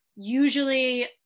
usually